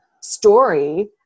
story